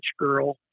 girl